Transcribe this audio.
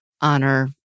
honor